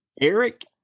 Eric